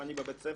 הגופני בבתי ספר.